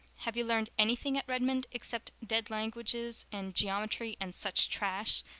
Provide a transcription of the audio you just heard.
have you learned anything at redmond except dead languages and geometry and such trash?